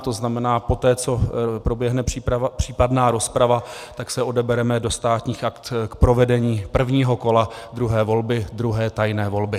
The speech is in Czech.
To znamená, poté co proběhne případná rozprava, tak se odebereme do Státních aktů k provedení prvního kola druhé volby, druhé tajné volby.